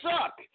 Suck